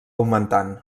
augmentant